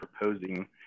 proposing